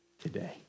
today